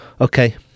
okay